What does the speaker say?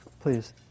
please